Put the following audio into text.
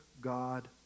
God